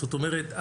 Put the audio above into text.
זאת אומרת,